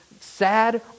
sad